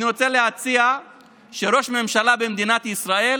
אני רוצה להציע שראש ממשלה במדינת ישראל